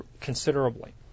considerably